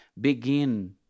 begin